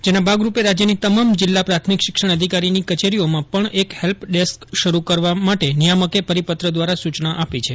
જેના ભાગરૂપે રાજ્યની તમામ જિલ્લા પ્રાથમિક શિક્ષણ અધિકારીની કચેરીઓમાં પપ્ત એક હેલ્પ ડેસ્ક શરૂ કરવા માટે નિયામકે પરિપત્ર દ્વારા સૂચના આપી છે